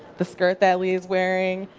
the skirt that leah is wearing.